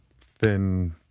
thin